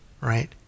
right